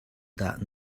dah